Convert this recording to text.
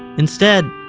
instead,